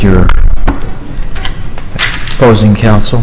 your closing counsel